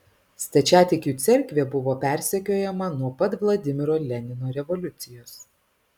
stačiatikių cerkvė buvo persekiojama nuo pat vladimiro lenino revoliucijos